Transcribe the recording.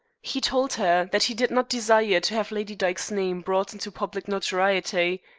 he told her that he did not desire to have lady dyke's name brought into public notoriety.